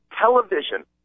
television